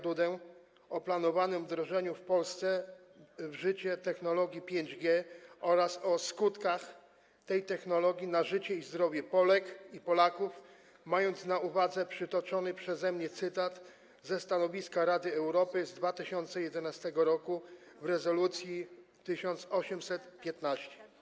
Dudę o planowanym wdrożeniu w Polsce w życie technologii 5G oraz o jej wpływie na życie i zdrowie Polek i Polaków, mając na uwadze przytoczony przeze mnie cytat ze stanowiska Rady Europy z 2011 r. z rezolucji 1815?